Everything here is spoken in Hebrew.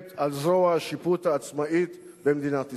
על זרוע השיפוט העצמאית במדינת ישראל.